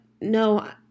no